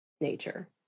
nature